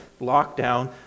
lockdown